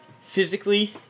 physically